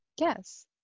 Yes